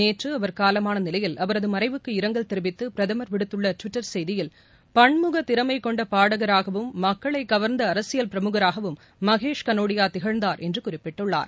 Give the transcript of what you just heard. நேற்று அவர் காலமான நிலையில் அவரது மறைவுக்கு இரங்கல் தெரிவித்து பிரதமர் விடுத்துள்ள டுவிட்டர் செய்தியில் பன்முகத்திறமை கொண்ட பாடகராகவும் மக்களை கவர்ந்த அரசியல் பிரமுகராகவும் மகேஷ் கனோடியா திகழ்ந்தார் என்று குறிப்பிட்டுள்ளார்